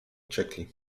uciekli